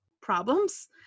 problems